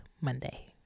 Monday